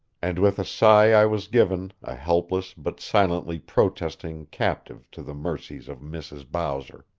and with a sigh i was given, a helpless, but silently protesting, captive, to the mercies of mrs. bowser.